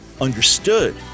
understood